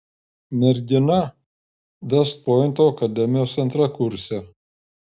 mergina vest pointo akademijos antrakursė